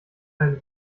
einen